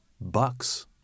Bucks